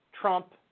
Trump